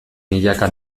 milaka